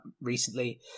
recently